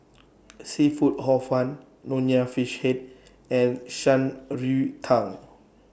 Seafood Hor Fun Nonya Fish Head and Shan Rui Tang